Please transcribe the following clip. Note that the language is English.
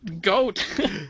goat